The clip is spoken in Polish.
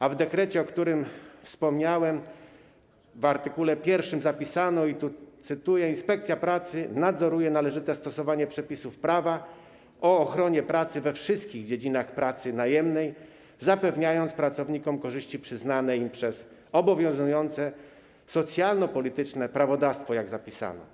A w dekrecie, o którym wspomniałem, w art. 1 zapisano: Inspekcja pracy nadzoruje należyte stosowanie przepisów prawa o ochronie pracy we wszystkich dziedzinach pracy najemnej, zapewniając pracownikom korzyści przyznane im przez obowiązujące socjalno-polityczne prawodawstwo, jak zapisano.